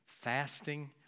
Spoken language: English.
fasting